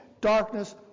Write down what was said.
darkness